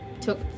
took